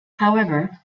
however